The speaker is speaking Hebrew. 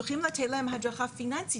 צריכים לתת הדרכה פיננסית,